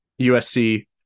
USC